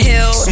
Hill